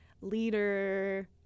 leader